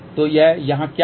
तो यह यहाँ क्या है